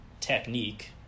technique